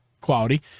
quality